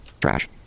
Trash